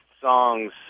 songs